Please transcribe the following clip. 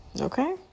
Okay